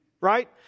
right